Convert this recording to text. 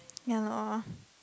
ya lor